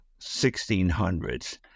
1600s